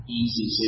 easy